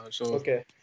Okay